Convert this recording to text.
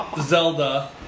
Zelda